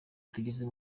tugeze